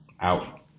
out